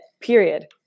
period